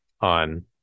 on